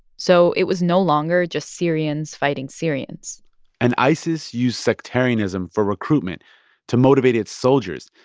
so it was no longer just syrians fighting syrians and isis used sectarianism for recruitment to motivate its soldiers.